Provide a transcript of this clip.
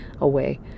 away